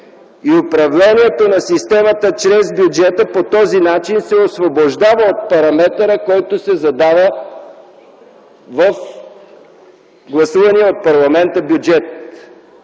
Управлението на системата чрез бюджета по този начин се освобождава от параметъра, който се задава в гласувания от парламента бюджет.